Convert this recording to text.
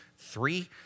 Three